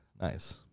nice